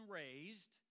raised